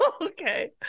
Okay